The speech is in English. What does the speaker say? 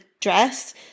dress